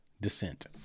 descent